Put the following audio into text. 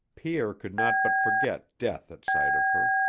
pierre could not but forget death at sight of her.